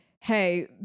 Hey